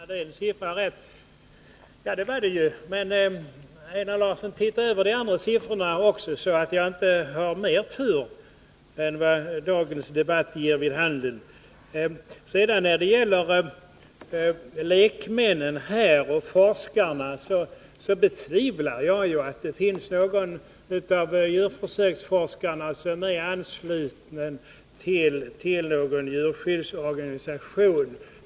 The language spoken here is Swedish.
Fru talman! Einar Larsson sade att det var tur för mig att jag hade en siffra rätt. Ja, det var det ju. Men, Einar Larsson, titta över de andra siffrorna också, så att jag inte har mer tur än vad dagens debatt ger vid handen! När det gäller lekmännen och forskarna betvivlar jag att någon av djurförsöksforskarna är ansluten till djurskyddsorganisation.